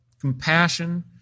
compassion